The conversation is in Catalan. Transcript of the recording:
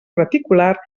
reticular